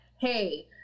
Hey